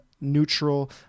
neutral